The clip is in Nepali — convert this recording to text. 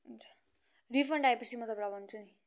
हुन्छ रिफन्ड आएपछि म तपाईँलाई भन्छु नि